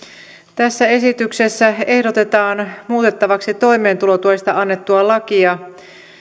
tässä esityksessä ehdotetaan muutettavaksi toimeentulotuesta annettua lakia